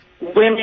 women